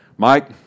Mike